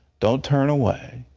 don't turn away,